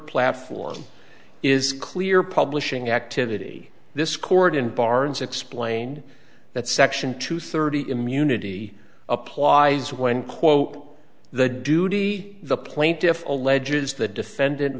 platform is clear publishing activity this court in barnes explained that section two thirty immunity applies when quote the duty of the plaintiff alleges the defendant